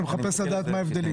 אני מחפש לדעת מה ההבדלים.